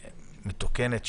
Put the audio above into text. שבמדינה מתוקנת,